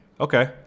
Okay